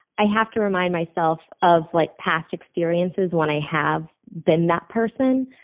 i have to remind myself of like past experiences when i have been that person,